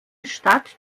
stadt